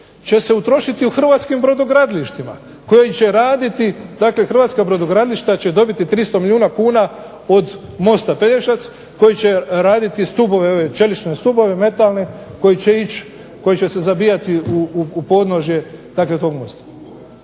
će se utrošiti u Hrvatskim brodogradilištima koji će raditi, Hrvatska brodogradilišta će dobiti 300 milijuna kuna od mosta Pelješac koji će raditi čelične stubove koji će se zabijati u podnožje tog mosta.